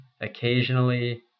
occasionally